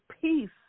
peace